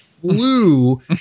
flew